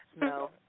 No